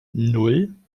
nan